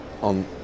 On